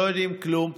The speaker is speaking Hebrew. לא יודעים כלום.